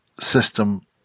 system